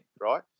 right